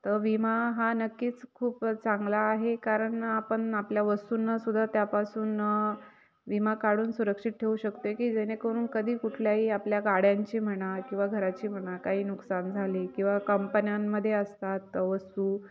तर विमा हा नक्कीच खूप चांगला आहे कारण आपण आपल्या वस्तूंनासुद्धा त्यापासून विमा काढून सुरक्षित ठेवू शकतोय की जेणेकरून कधी कुठल्याही आपल्या गाड्यांची म्हणा किंवा घराची म्हणा काही नुकसान झाली किंवा कंपन्यांमध्ये असतात वस्तू